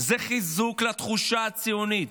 זה חיזוק לתחושה הציונית,